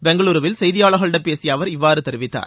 பெங்களூருவில் செய்தியாளர்களிடம் பேசிய அவர் இவ்வாறு தெரிவித்தார்